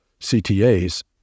CTAs